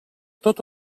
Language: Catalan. tot